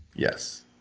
Yes